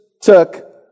took